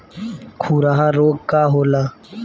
खुरहा रोग का होला?